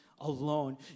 alone